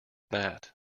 that